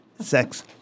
Sex